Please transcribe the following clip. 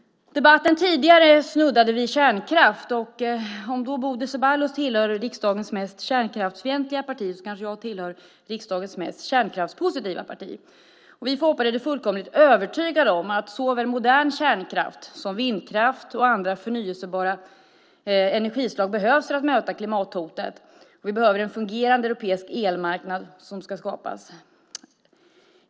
Den tidigare debatten snuddade vid kärnkraft. Om Bodil Ceballos hör till riksdagens mest kärnkraftsfientliga parti kanske jag hör till riksdagens mest kärnkraftspositiva parti. Vi i Folkpartiet är fullkomligt övertygade om att såväl modern kärnkraft som vindkraft och andra förnybara energislag behövs för att möta klimathotet. Vi behöver en fungerande europeisk elmarknad som ska skapas.